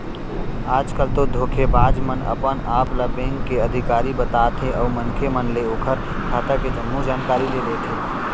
आज कल तो धोखेबाज मन अपन आप ल बेंक के अधिकारी बताथे अउ मनखे मन ले ओखर खाता के जम्मो जानकारी ले लेथे